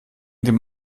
dem